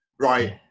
right